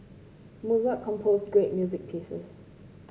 Mozart composed great music pieces